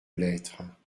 lettre